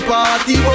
Party